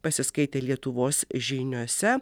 pasiskaitę lietuvos žiniose